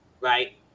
Right